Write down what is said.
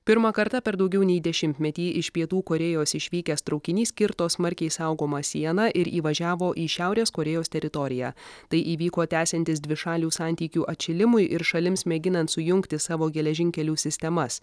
pirmą kartą per daugiau nei dešimtmetį iš pietų korėjos išvykęs traukinys kirto smarkiai saugomą sieną ir įvažiavo į šiaurės korėjos teritoriją tai įvyko tęsiantis dvišalių santykių atšilimui ir šalims mėginant sujungti savo geležinkelių sistemas